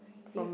you